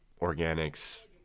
organics